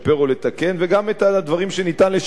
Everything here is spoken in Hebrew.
וגם הדברים שאפשר לשפר או לתקן,